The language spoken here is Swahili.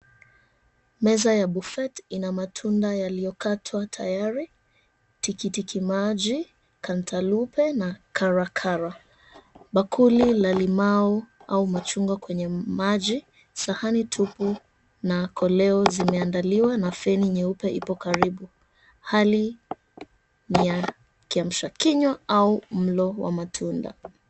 Meza ya buffet ina matunda yaliyokatwa tayari tikitiki maji, cantaloupe na karakara. Bakuli la limau au machungwa kwenye maji sahani tupu na koleo zimeandaliwa na feni nyeupe iko karibu, hali ni ya kiamsha kinywa au mlo wa matunda.